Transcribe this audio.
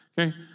Okay